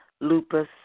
lupus